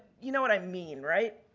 you know, what i mean. right?